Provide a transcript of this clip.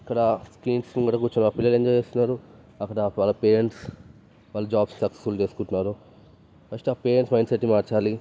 ఇక్కడ ఆ స్క్రీన్స్ ముందర కూర్చుని ఆ పిల్లలు ఎంజాయ్ చేస్తున్నారు అక్కడ వాళ్ళ పేరెంట్స్ వాళ్ళ జాబ్స్ సక్సెస్ఫుల్ చేసుకుంటున్నారు ఫస్ట్ ఆ పేరెంట్స్ మైండ్ సెట్ని మార్చాలి